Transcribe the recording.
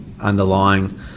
underlying